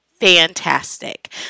fantastic